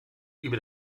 über